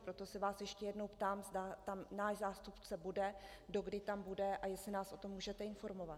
Proto se vás ještě jednou ptám, zda tam náš zástupce bude, dokdy tam bude a jestli nás o tom můžete informovat.